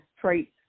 traits